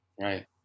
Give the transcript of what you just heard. Right